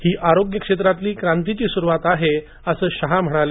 ही आरोग्य क्षेत्रातील क्रांतीची सुरुवात आहे असं शहा यावेळी म्हणाले